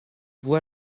voix